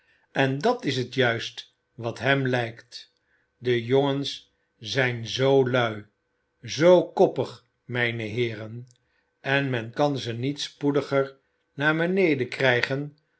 en dat is t juist wat hem lijkt de jongens zijn zoo lui zoo koppig mijne heeren en men kan ze niet spoediger naar beneden krijgen